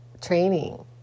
training